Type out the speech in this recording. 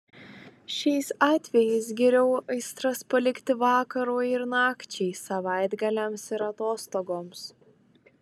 šiais atvejais geriau aistras palikti vakarui ir nakčiai savaitgaliams ir atostogoms